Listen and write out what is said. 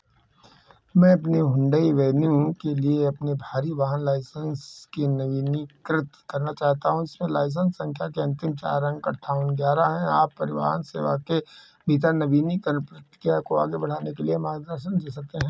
मैं अपने Hyundai Venue के लिए अपने भारी वाहन लाइसेंस के नवीनीकृत करना चाहता हूँ जिसमें लाइसेंस संख्या के अंतिम चार अंक अट्ठावन ग्यारह हैं आप परिवाहन सेवा के भीतर नवीनीकरण प्रतिक्रिया को आगे बढ़ाने के लिए मार्गदर्शन दे सकते हैं